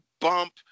bump